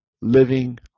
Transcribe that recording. living